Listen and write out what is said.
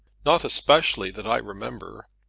not especially, that i remember.